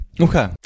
Okay